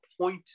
point